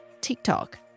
TikTok